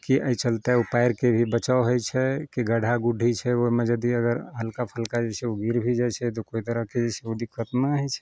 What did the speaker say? कि अइ चलते उ पयरके भी बचाव होइ छै कि गड्ढा गुड्ढी छै ओइमे यदि अगर हल्का फुल्का जे छै उ गिर भी जाइ छै तऽ कोइ तरहके जे छै उ दिक्कत नहि होइ छै